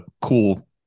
cool